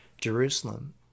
Jerusalem